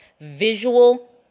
visual